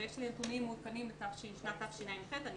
יש לי נתונים מעודכנים לשנת תשע"ט ואני